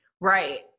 Right